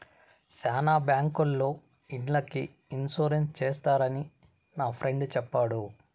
శ్యానా బ్యాంకుల్లో ఇండ్లకి ఇన్సూరెన్స్ చేస్తారని నా ఫ్రెండు చెప్పాడు